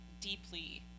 deeply